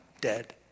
dead